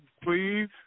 please